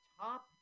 top